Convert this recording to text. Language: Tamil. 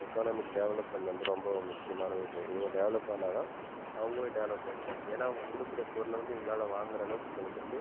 எக்கானாமிக் டெவலப்மென்ட் வந்து ரொம்ப முக்கியமான விஷயோம் இவங்க டெவலப் ஆனால் தான் அவங்களும் டெவலப் ஆக முடியும் ஏன்னால் அவங்க கொடுக்குற பொருள் வந்து இவங்களால் வாங்கிற அளவுக்கு எங்களுக்கு வந்து